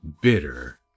bitter